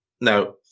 Now